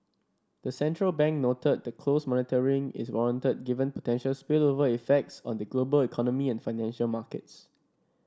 the central bank noted that close monitoring is warranted given potential spillover effects on the global economy and financial markets